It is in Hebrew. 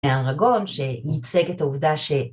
‫האראגון שייצג את העובדה ש...